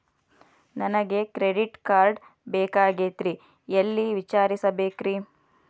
ನನಗೆ credit card ಬೇಕಾಗಿತ್ರಿ ಎಲ್ಲಿ ವಿಚಾರಿಸಬೇಕ್ರಿ?